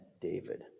David